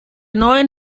neuen